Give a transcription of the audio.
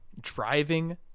driving